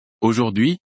Aujourd'hui